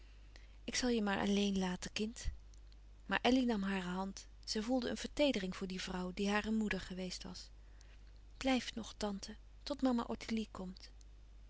ik zal je maar alleen laten kind maar elly nam hare hand zij voelde een verteedering voor die vrouw die haar een moeder geweest was blijf nog tante tot mama ottilie komt